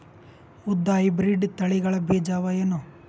ಉದ್ದ ಹೈಬ್ರಿಡ್ ತಳಿಗಳ ಬೀಜ ಅವ ಏನು?